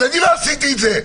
אז אני לא עשיתי את זה.